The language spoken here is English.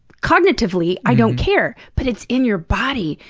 cognitively, i don't care. but it's in your body,